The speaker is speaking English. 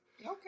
Okay